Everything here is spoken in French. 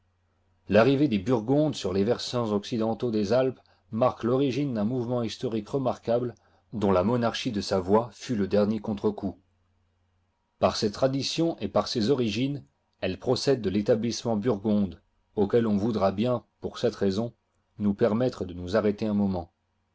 l'arrivée des burgondes sur les versants occidentaux des alpes marque l'origine d'un mouvement historique remarquable dont la monarchie de g savoie fut le dernier contre-coup par ses traditions et par ses origines elle procède de rétablissement burgonde auquel on voudra bien pour cette raison nous permettre de nous arrêter un moment